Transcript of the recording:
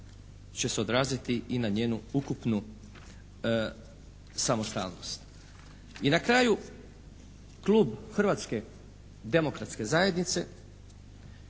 će se odraziti i njenu ukupnu samostalnost. I na kraju klub Hrvatske demokratske zajednice